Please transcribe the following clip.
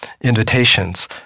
invitations